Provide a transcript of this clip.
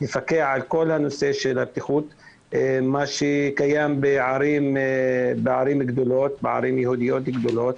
לפקח על כל נושא הבטיחות כמו שקיים בערים יהודיות גדולות.